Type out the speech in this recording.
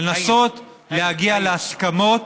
לנסות להגיע להסכמות